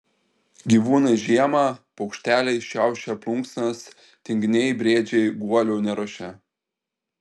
gyvūnai žiemą paukšteliai šiaušia plunksnas tinginiai briedžiai guolių neruošia